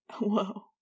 Whoa